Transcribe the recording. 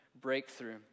breakthrough